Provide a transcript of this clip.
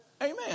Amen